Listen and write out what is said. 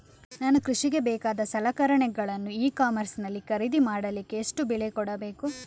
ನಾನು ಕೃಷಿಗೆ ಬೇಕಾದ ಸಲಕರಣೆಗಳನ್ನು ಇ ಕಾಮರ್ಸ್ ನಲ್ಲಿ ಖರೀದಿ ಮಾಡಲಿಕ್ಕೆ ಎಷ್ಟು ಬೆಲೆ ಕೊಡಬೇಕು?